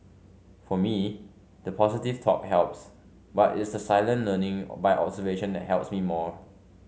for me the positive talk helps but it's the silent learning by observation that helps me more